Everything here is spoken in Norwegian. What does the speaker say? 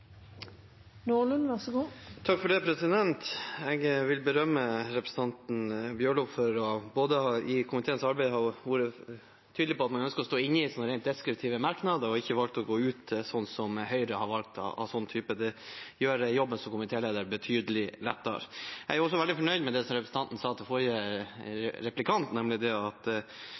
Jeg vil berømme representanten Bjørlo for i komiteens arbeid å ha vært tydelig på at man ønsker å stå inne i typen rent deskriptive merknader, og ikke har valgt å gå ut, slik Høyre har valgt. Det gjør jobben som komitéleder betydelig lettere. Jeg er også veldig fornøyd med det som representanten sa til forrige replikant, nemlig at man bør se på hvordan man knytter all verdiskaping i landbruket til det